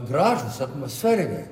gražūs atmosferai